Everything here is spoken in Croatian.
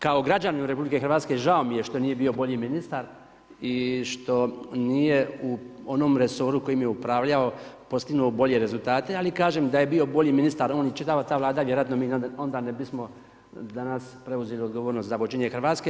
Kao građaninu RH žao mi je što nije bio bolji ministar i što nije u onom resoru kojim je upravljao postigao bolje rezultate, ali kažem da je bio bolji ministar on i čitava ta vlada vjerojatno onda mi ne bismo danas preuzeli odgovornost vođenje Hrvatske.